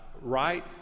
right